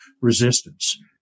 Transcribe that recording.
resistance